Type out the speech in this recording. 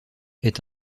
est